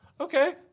okay